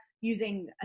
using